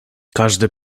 każde